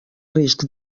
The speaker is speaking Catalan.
risc